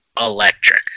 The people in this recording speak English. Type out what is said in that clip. electric